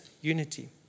unity